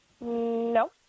no